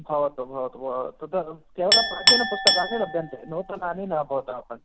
भवतु भवतु भवतु तत् केवलं प्राचीनपुस्तकानि लभ्यन्ते नूतनानि न भवत्